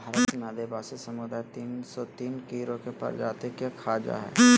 भारत में आदिवासी समुदाय तिन सो तिन कीड़ों के प्रजाति के खा जा हइ